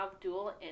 dual